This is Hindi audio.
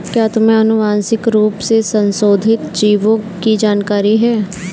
क्या तुम्हें आनुवंशिक रूप से संशोधित जीवों की जानकारी है?